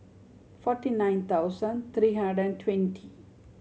forty nine thousand three hundred and twenty